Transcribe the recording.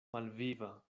malviva